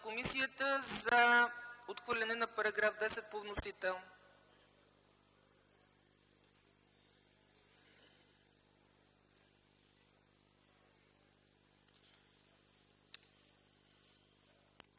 комисията за отхвърляне на § 28 по вносител.